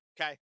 okay